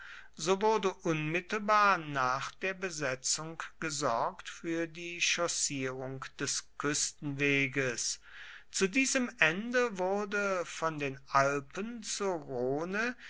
so wurde unmittelbar nach der besetzung gesorgt für die chaussierung des küstenweges zu diesem ende wurde von den alpen zur rhone